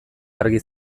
argi